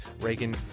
Reagan